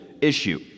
issue